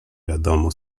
wiadomo